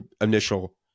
initial